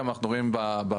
גם אנחנו רואים בפריפריה,